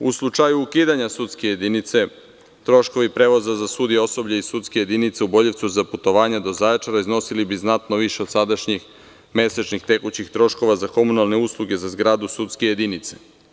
U slučaju ukidanja sudske jedinice troškovi prevoza za sudije, osoblje i sudske jedinice u Boljevcu za putavanje do Zaječara iznosili bi znatno više od sadašnjih mesečnih tekućih troškova za komunalne usluge za zgradu sudske jedinice.